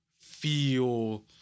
feel